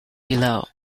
below